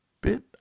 bit